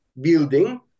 building